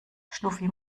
schnuffi